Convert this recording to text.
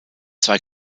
zwei